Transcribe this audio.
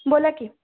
बोला की